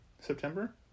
september